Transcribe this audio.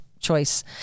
choice